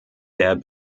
der